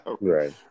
Right